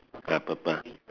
ya purple